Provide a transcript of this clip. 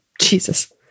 Jesus